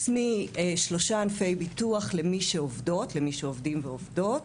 משלושה ענפי ביטוח למי שעובדים ועובדות,